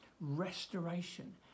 restoration